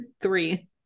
Three